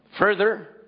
Further